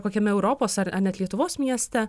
kokiame europos ar ar net lietuvos mieste